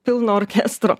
pilno orkestro